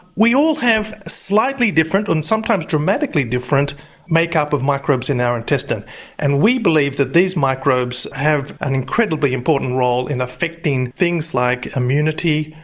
we all have a slightly different and sometimes dramatically different make-up of microbes in our intestine and we believe that these microbes have an incredibly important role in affecting things like immunity,